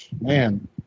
man